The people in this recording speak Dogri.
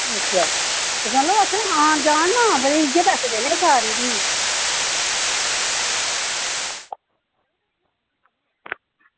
ते मतलब असें आन जान ना इयै पैसे देने भी